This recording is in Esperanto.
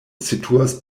situas